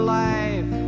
life